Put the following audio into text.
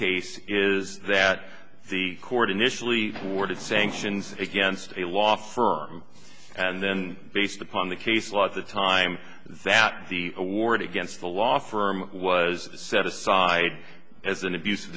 case is that the court initially ordered sanctions against a law firm and then based upon the case law at the time that the award against the law firm was set aside as an abus